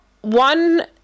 one